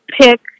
pick